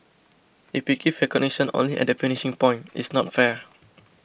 if we give recognition only at the finishing point it's not fair